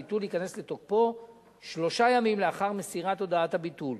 הביטול ייכנס לתוקפו שלושה ימים לאחר מסירת הודעת הביטול.